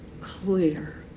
clear